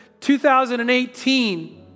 2018